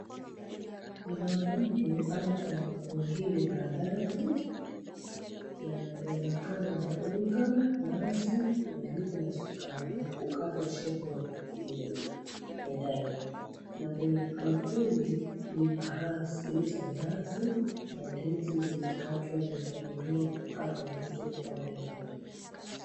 Ni mahamri au kwa wengine maandazi ya yanakandwa na unga, nazi na iliki na sukari, kukatwa shepu ya diamond . Na kwenye bakuli ni mbaazi za nazi na ndizi zimekatwa zimechaguliwa kukatwa nusu upande mbili.